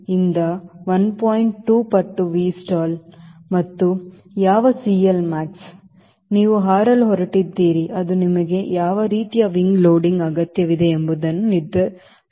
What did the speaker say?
2 ಪಟ್ಟು Vstall ಮತ್ತು ಯಾವ CLmax ನೀವು ಹಾರಲು ಹೊರಟಿದ್ದೀರಿ ಅದು ನಿಮಗೆ ಯಾವ ರೀತಿಯ wingloading ಅಗತ್ಯವಿದೆ ಎಂಬುದನ್ನು ನಿರ್ಧರಿಸುತ್ತದೆ